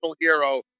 hero